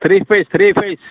three phase three phase